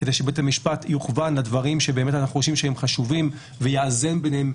ויוכוון לדברים שאנחנו חושבים שהם חשובים ויאזן ביניהם,